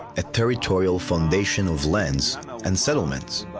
a territorial foundation of lands and settlements,